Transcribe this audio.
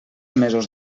mesos